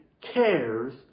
cares